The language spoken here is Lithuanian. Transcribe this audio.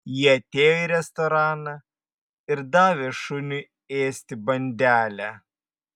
ji atėjo į restoraną ir davė šuniui ėsti bandelę